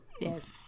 Yes